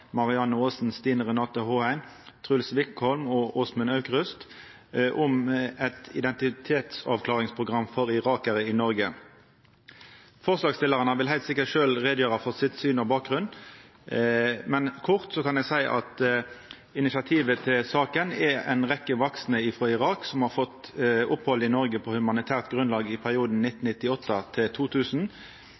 Marianne Aasen, Stine Renate Håheim, Truls Wickholm og Åsmund Aukrust, om eit identitetsavklaringsprogram for irakarar i Noreg. Forslagsstillarane vil heilt sikkert sjølve gjera greie for sitt syn og bakgrunnen for forslaget, men kort kan eg seia at initiativet til saka er ei rekkje vaksne personar frå Irak som har fått opphald i Noreg på humanitært grunnlag i perioden